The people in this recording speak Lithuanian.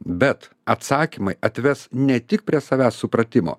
bet atsakymai atves ne tik prie savęs supratimo